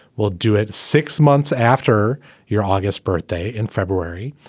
we'll do it six months after your august birthday in february.